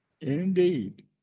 Indeed